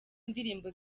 ndirimbo